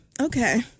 okay